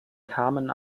kamen